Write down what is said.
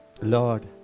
Lord